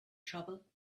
trouble